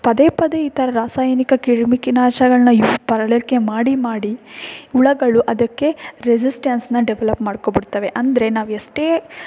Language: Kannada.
ಪದೇ ಪದೇ ಈ ಥರ ರಾಸಾಯನಿಕ ಕ್ರಿಮಿಕಿನಾಶಗಳನ್ನ ಯು ಬಳಕೆ ಮಾಡಿ ಮಾಡಿ ಹುಳಗಳು ಅದಕ್ಕೆ ರೆಸಿಸ್ಟೆನ್ಸನ್ನ ಡೆವಲಪ್ ಮಾಡ್ಕೊಂಬಿಡ್ತಾವೆ ಅಂದರೆ ನಾವೆಷ್ಟೇ